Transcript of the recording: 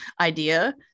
idea